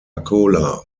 cola